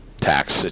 tax